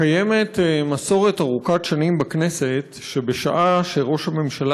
קיימת מסורת ארוכת שנים בכנסת שבשעה שראש הממשלה